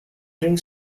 drink